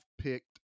picked